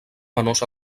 menors